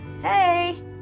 Hey